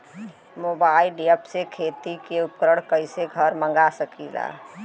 Mobile ऐपसे खेती के उपकरण कइसे घर मगा सकीला?